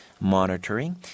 monitoring